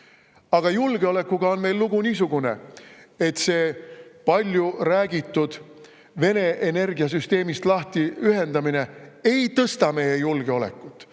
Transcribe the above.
Aga julgeolekuga on meil lugu niisugune, et see palju räägitud Vene energiasüsteemist lahtiühendamine ei paranda meie julgeolekut.